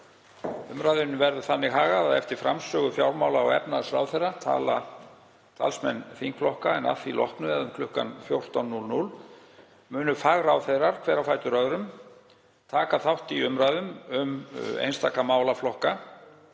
Umræðunni verður þannig hagað að eftir framsögu hæstv. fjármála- og efnahagsráðherra tala talsmenn þingflokka en að því loknu, eða kl. 14:00, munu fagráðherrar, hver á fætur öðrum, taka þátt í umræðum um einstaka málaflokka